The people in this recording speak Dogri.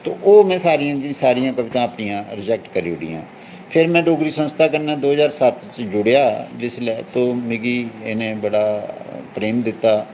ते ओह् में सारियें दी सारियां कवितां अपनियां रिजैक्ट करी ओड़ियां फिर में डोगरी संस्था कन्नै दो ज्हार सत्त च जुड़ेआ जिसलै तो मिगी इनें बड़ा प्रेम दित्ता